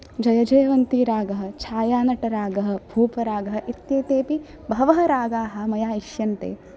जयजयवन्तिरागः छायानटरागः भूपरागः इत्येतेपि बहवः रागाः मया इष्यन्ते